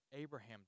Abraham